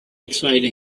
exciting